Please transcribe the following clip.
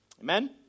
Amen